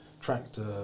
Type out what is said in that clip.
tractor